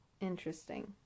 Interesting